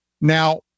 Now